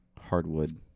Hardwood